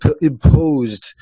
imposed